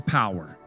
power